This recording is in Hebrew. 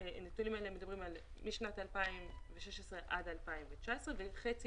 הם מדברים על שנת 2016 עד 2019 וחצי